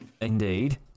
Indeed